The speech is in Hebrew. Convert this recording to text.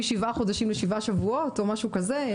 משבעה חודשים לשבעה שבועות או משהו כזה?